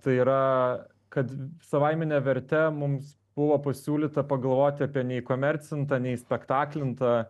tai yra kad savaimine verte mums buvo pasiūlyta pagalvoti apie neįkomercintą neįspektaklintą